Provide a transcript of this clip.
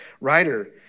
writer